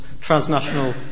transnational